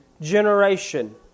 generation